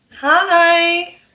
Hi